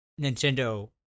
Nintendo